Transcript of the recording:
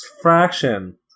fraction